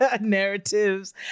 narratives